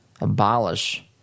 abolish